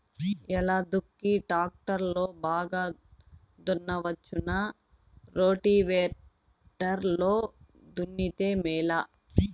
ఎలా దుక్కి టాక్టర్ లో బాగా దున్నవచ్చునా రోటివేటర్ లో దున్నితే మేలా?